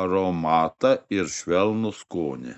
aromatą ir švelnų skonį